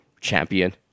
Champion